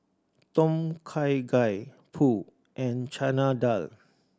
Tom Kha Gai Pho and Chana Dal